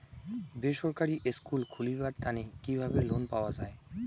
বেসরকারি স্কুল খুলিবার তানে কিভাবে লোন পাওয়া যায়?